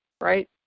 right